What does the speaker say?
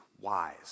wise